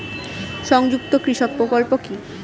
সংযুক্ত কৃষক প্রকল্প কি?